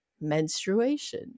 menstruation